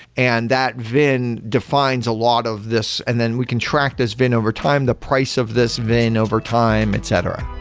and that vin defines a lot of this, and then we can track this vin overtime, the price of this vin overtime, etc.